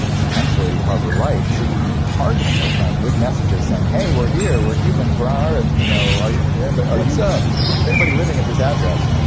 potentially harbor life, should we be targeting those planets with messages saying hey we're here, we're humans. we're on earth you know you know but ah what's up is anybody living at this address?